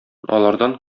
алардан